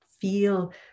feel